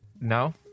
No